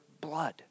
blood